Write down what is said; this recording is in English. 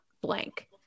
blank